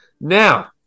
Now